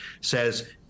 says